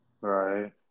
right